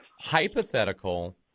hypothetical